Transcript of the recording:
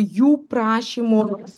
jų prašymus